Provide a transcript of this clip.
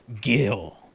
Gil